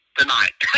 tonight